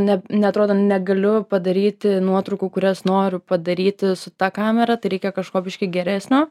ne neatrodo negaliu padaryti nuotraukų kurias noriu padaryti su ta kamera tai reikia kažko biškį geresnio